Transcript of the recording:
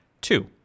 Two